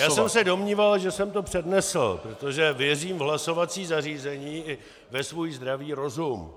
Já jsem se domníval, že jsem to přednesl, protože věřím v hlasovací zařízení i ve svůj zdravý rozum.